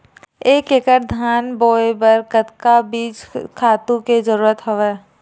एक एकड़ धान बोय बर कतका बीज खातु के जरूरत हवय?